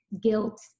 guilt